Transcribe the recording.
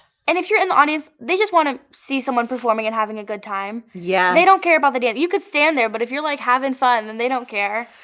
and if you're in the audience they just want to see someone performing and having a good time. yeah they don't care about the dance. you could stand there but if you're like having fun and they don't care.